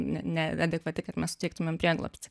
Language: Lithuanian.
neadekvati kad mes suteiktume prieglobstį